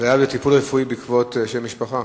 הפליה בטיפול רפואי בעקבות שם משפחה.